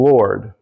Lord